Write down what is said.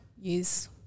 use –